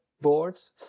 boards